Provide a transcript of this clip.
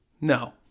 no